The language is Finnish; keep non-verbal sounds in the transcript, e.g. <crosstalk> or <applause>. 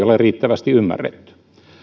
<unintelligible> ole riittävästi ymmärretty